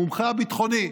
המומחה הביטחוני,